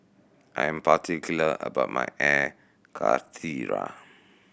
I am particular about my Air Karthira